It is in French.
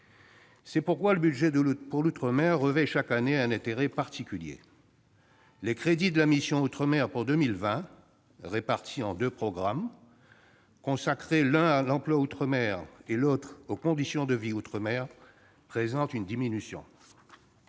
C'est pourquoi le projet de budget pour l'outre-mer revêt, chaque année, un intérêt particulier. Les crédits de la mission « Outre-mer » pour 2020, répartis en deux programmes, consacrés l'un à l'emploi outre-mer, l'autre aux conditions de vie outre-mer, sont en diminution.